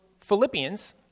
Philippians